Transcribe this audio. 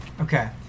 Okay